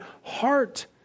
heart